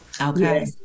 Okay